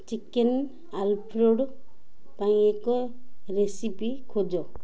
chicken alfredo ପାଇଁ ଏକ recipe ଖୋଜ